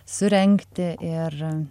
surengti ir